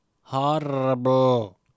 horrible